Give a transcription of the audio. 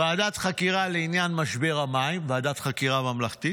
ועדת חקירה לעניין משבר המים, ועדת חקירה ממלכתית,